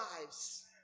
lives